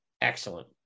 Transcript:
excellent